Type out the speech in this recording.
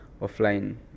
offline